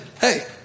hey